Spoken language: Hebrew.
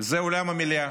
זה אולם המליאה,